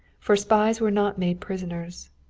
for spies were not made prisoners.